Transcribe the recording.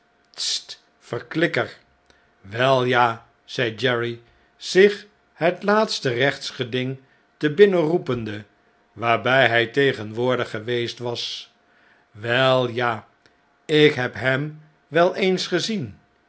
verklikker wel ja zei jerry zich het laatste rechtsgeding te binnen roepende waarbjj hij tegenwoordig geweest was welja ikhebhem wel eens gezien